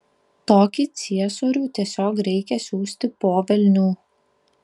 tokį ciesorių tiesiog reikia siųsti po velnių